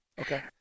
Okay